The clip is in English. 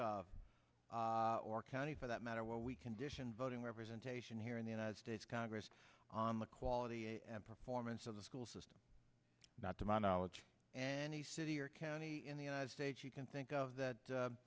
of or county for that matter where we condition voting representation here in the united states congress on the quality and performance of the school system not to my knowledge and the city or county in the united states you can think of that